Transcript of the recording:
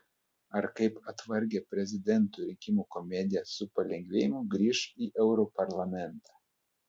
ar kaip atvargę prezidentų rinkimų komediją su palengvėjimu grįš į europarlamentą